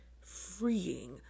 freeing